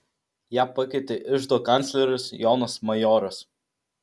ją pakeitė iždo kancleris jonas majoras